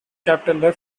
capital